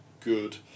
good